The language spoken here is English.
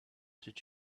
did